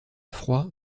froid